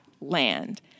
land